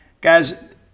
Guys